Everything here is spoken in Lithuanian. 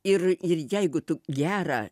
ir ir jeigu tu gerą